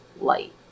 light